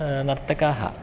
नर्तकाः